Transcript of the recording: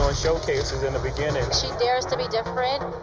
showcases in the beginning. she dares to be different,